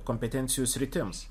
kompetencijų sritims